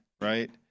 right